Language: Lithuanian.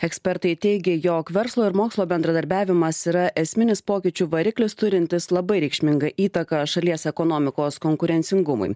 ekspertai teigia jog verslo ir mokslo bendradarbiavimas yra esminis pokyčių variklis turintis labai reikšmingą įtaką šalies ekonomikos konkurencingumui